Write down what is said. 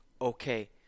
okay